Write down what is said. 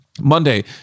Monday